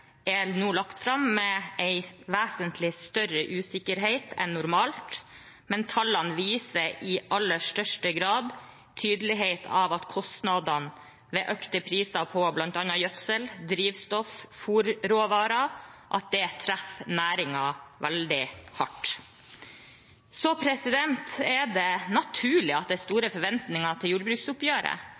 er nå lagt fram, med en vesentlig større usikkerhet enn normalt, men tallene viser i aller største grad tydeligheten av at kostnadene ved økte priser på bl.a. gjødsel, drivstoff og fôrråvarer treffer næringen veldig hardt. Det er naturlig at det er store forventninger til jordbruksoppgjøret,